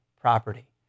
property